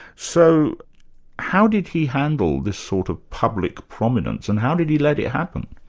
so how did he handle this sort of public prominence, and how did he let it happen?